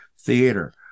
theater